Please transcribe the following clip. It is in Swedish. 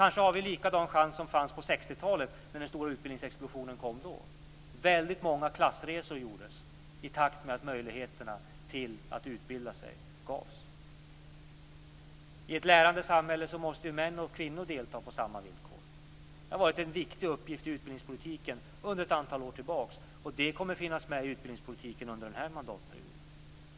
Kanske har vi en likadan chans som på 60-talet, när den stora utbildningsexplosionen kom. Väldigt många klassresor gjordes i takt med att det gavs möjligheter att utbilda sig. I ett lärande samhälle måste män och kvinnor delta på samma villkor. Det har varit en viktig uppgift i utbildningspolitiken under ett antal år, och det kommer att finnas med i utbildningspolitiken under den här mandatperioden.